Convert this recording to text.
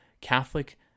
Catholic